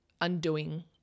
undoing